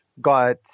got